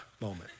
moment